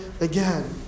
again